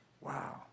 Wow